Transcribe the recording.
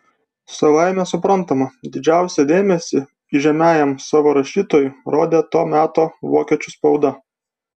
savaime suprantama didžiausią dėmesį įžymiajam savo rašytojui rodė to meto vokiečių spauda